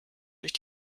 durch